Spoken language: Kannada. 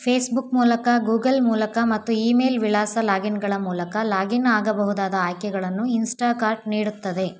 ಫೇಸ್ಬುಕ್ ಮೂಲಕ ಗೂಗಲ್ ಮೂಲಕ ಮತ್ತು ಇಮೇಲ್ ವಿಳಾಸ ಲಾಗಿನ್ಗಳ ಮೂಲಕ ಲಾಗಿನ್ ಆಗಬಹುದಾದ ಆಯ್ಕೆಗಳನ್ನು ಇನ್ಸ್ಟಾಕಾರ್ಟ್ ನೀಡುತ್ತದೆ